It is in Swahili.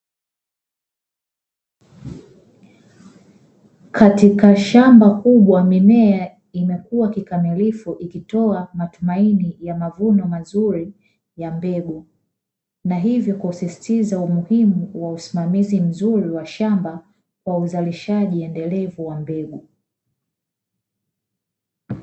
Katika shamba kubwa mimea imekuwa kikamilifu ikitoa matumaini ya mavuno mazuri ya mbegu, na hivyo kusisitiza umuhimu wa usimamizi mzuri wa shamba kwa uzalishaji endelevu wa mbegu.